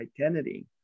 identity